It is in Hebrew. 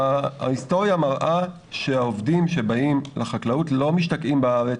ההיסטוריה מראה שהעובדים שבאים לחקלאות לא משתקעים בארץ,